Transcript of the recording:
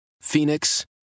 Phoenix